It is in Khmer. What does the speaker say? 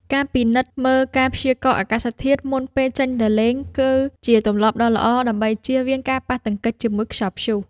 ការពិនិត្យមើលការព្យាករណ៍អាកាសធាតុមុនពេលចេញទៅលេង គឺជាទម្លាប់ដ៏ល្អដើម្បីជៀសវាងការប៉ះទង្គិចជាមួយខ្យល់ព្យុះ។